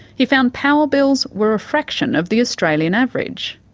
he found power bills were a fraction of the australian average.